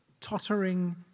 Tottering